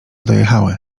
dojechały